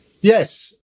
Yes